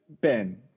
Ben